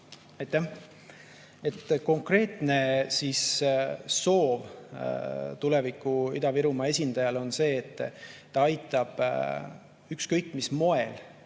Aitäh! Konkreetne soov tuleviku Ida-Virumaa esindajale on see, et ta aitab ükskõik mis moel,